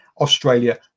Australia